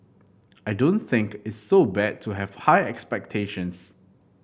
I don't think it's so bad to have high expectations